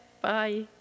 Bye